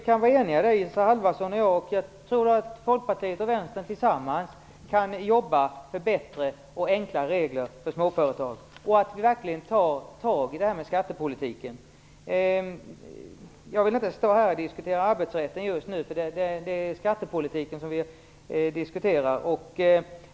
Fru talman! Jag tror att Isa Halvarsson och jag kan vara eniga. Jag tror att Folkpartiet och Vänstern tillsammans kan jobba för bättre och enklare regler för småföretag och verkligen kan ta tag i skattepolitiken. Jag vill inte just nu diskutera arbetsrätten, eftersom det är skattepolitiken som vi behandlar.